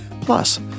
Plus